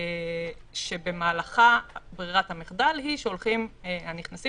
שבמהלכה ברירת המחדל היא שהנכנסים